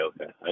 okay